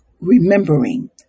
remembering